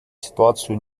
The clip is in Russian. ситуацию